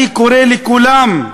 אני קורא לכולם,